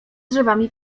drzewami